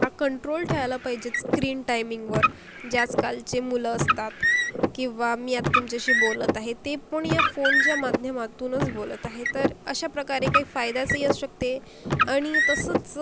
हा कंट्रोल ठेवायला पाहिजेच स्क्रीन टायमिंगवर जे आजकालचे मुलं असतात किंवा मी आता तुमच्याशी बोलत आहे ते पण या फोनच्या माध्यमातूनच बोलत आहे तर अशा प्रकारे काही फायद्याचंही असू शकते आणि तसंच